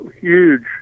huge